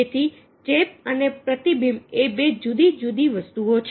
તેથી ચેપ અને પ્રતિબીંબ એ બે જુદી જુદી વસ્તુઓ છે